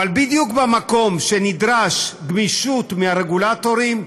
אבל בדיוק במקום שנדרשת גמישות מהרגולטורים,